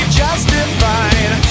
justified